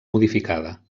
modificada